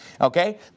okay